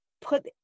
put